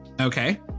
Okay